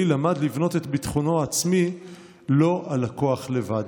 למד לבנות את ביטחונו העצמי לא על הכוח לבד.